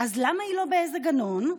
אז למה היא לא באיזה גנון?